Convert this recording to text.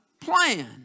plan